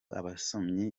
abasomyi